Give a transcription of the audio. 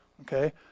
Okay